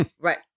right